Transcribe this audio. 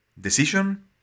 decision